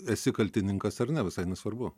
esi kaltininkas ar ne visai nesvarbu